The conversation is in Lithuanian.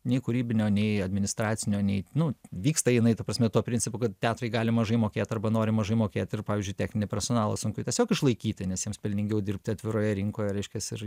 nei kūrybinio nei administracinio nei nu vyksta jinai ta prasme tuo principu kad teatrai gali mažai mokėt arba nori mažai mokėt ir pavyzdžiui techninį personalą sunku tiesiog išlaikyti nes jiems pelningiau dirbti atviroje rinkoje reiškias ir